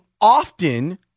often